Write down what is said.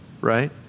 Right